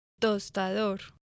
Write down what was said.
Tostador